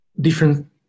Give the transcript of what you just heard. different